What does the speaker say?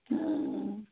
ও